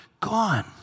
gone